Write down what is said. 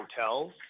hotels